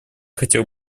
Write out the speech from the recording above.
хотела